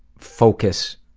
focus,